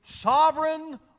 sovereign